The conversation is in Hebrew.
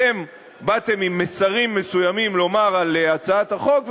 אתם באתם עם מסרים מסוימים לומר על הצעת החוק,